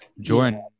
Jordan